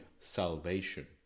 salvation